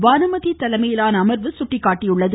பானுமதி தலைமையிலான அமர்வு சுட்டிக்காட்டியுள்ளது